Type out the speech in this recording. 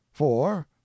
Four